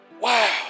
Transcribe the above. Wow